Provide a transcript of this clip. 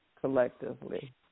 collectively